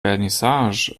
vernissage